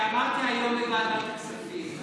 אני אמרתי היום בוועדת הכספים,